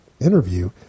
interview